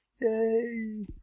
Yay